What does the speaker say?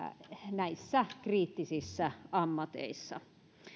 näissä kriittisissä ammateissa